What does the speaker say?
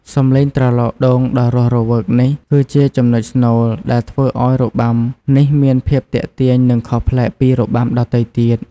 សំឡេងត្រឡោកដូងដ៏រស់រវើកនេះ គឺជាចំណុចស្នូលដែលធ្វើឱ្យរបាំនេះមានភាពទាក់ទាញ និងខុសប្លែកពីរបាំដទៃទៀត។